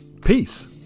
peace